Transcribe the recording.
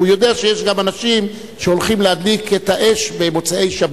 הוא יודע שיש גם אנשים שהולכים להדליק את האש במוצאי-שבת,